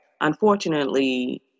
Unfortunately